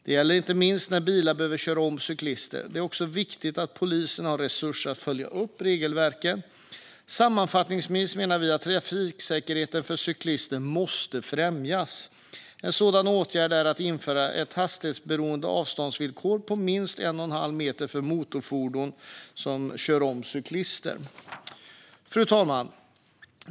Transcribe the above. Det gäller inte minst när bilar behöver köra om cyklister. Det är också viktigt att polisen har resurser att följa upp regelverken. Sammanfattningsvis menar vi att trafiksäkerheten för cyklister måste främjas. En sådan åtgärd är att införa ett hastighetsberoende avståndsvillkor på minst en och en halv meter för motorfordon som kör om cyklister. Fru talman!